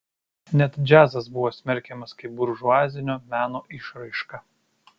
net džiazas buvo smerkiamas kaip buržuazinio meno išraiška